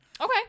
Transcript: Okay